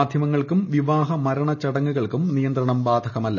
മാധ്യമങ്ങൾക്കും വിവാഹ മരണ ചടങ്ങുകൾക്കും നിയന്ത്രണം ബാധകമല്ല